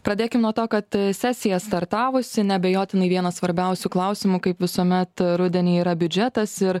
pradėkim nuo to kad sesija startavusi neabejotinai vienas svarbiausių klausimų kaip visuomet rudenį yra biudžetas ir